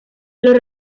los